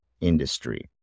industry